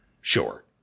Sure